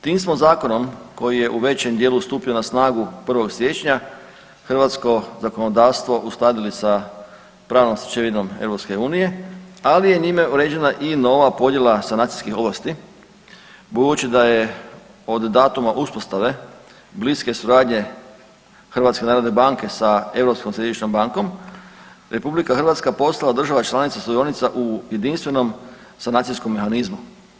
Tim smo zakonom koji je u većem dijelu stupio na snagu 1. siječnja hrvatsko zakonodavstvo uskladili sa pravnom stečevinom EU, ali je njime uređena i nova podjela sanacijskih ovlasti budući da je od datuma uspostave bliske suradnje HNB sa Europskom središnjom bankom RH postala država članica sudionica u jedinstvenom sanacijskom mehanizmu.